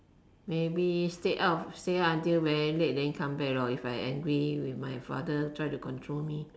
maybe stay out stay out very late lor if I angry with my father try to control me